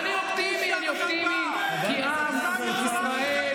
חבר הכנסת להב הרצנו,